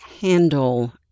handle